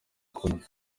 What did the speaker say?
kure